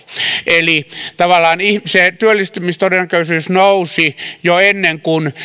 eli tavallaan se työllistymistodennäköisyys nousi jo ennen kuin